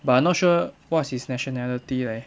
but I not sure what's his nationality leh